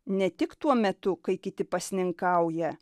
ne tik tuo metu kai kiti pasninkauja